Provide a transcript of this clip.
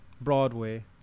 Broadway